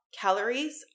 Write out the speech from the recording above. calories